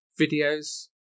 videos